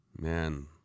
Man